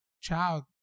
child